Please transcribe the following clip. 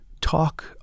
talk